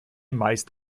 meist